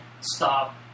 stop